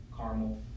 caramel